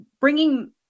bringing